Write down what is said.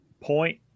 point